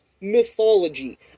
mythology